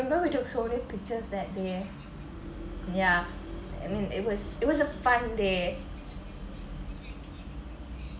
you know who took so many pictures that day yeah I mean it was it was a fun day